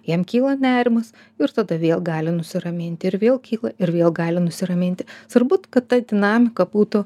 jam kyla nerimas ir tada vėl gali nusiraminti ir vėl kyla ir vėl gali nusiraminti svarbu kad ta dinamika būtų